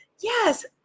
yes